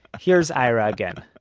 here's ira again.